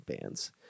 bands